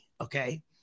Okay